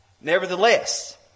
Nevertheless